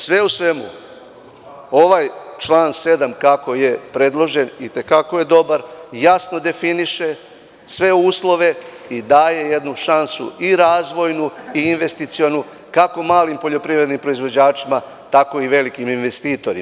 Sve u svemu, ovaj član 7. kako je predložen i te kako je dobar, jasno definiše sve uslove i daje jednu šansu i razvojnu i investicionu kako malim poljoprivrednim proizvođačima, tako i velikim investitorima.